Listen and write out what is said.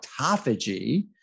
autophagy